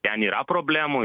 ten yra problemų